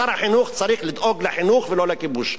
שר החינוך צריך לדאוג לחינוך, ולא לכיבוש.